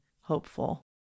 hopeful